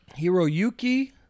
Hiroyuki